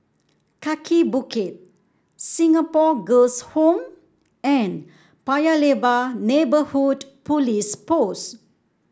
Kaki Bukit Singapore Girls' Home and Paya Lebar Neighbourhood Police Post